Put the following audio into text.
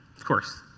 of course.